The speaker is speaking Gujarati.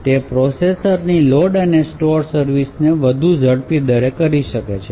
તે પ્રોસેસરની લોડ અને સ્ટોર્સ સર્વિસ વધુ ઝડપી દરે કરી શકશે